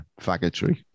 faggotry